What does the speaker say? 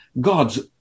God's